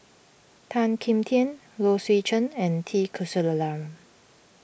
Tan Kim Tian Low Swee Chen and T Kulasekaram